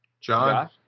John